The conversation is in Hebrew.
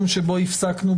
להגיד עכשיו.